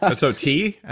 ah so, tea?